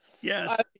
Yes